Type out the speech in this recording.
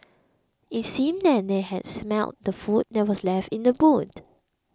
it seemed that they had smelt the food that were left in the boot